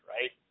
right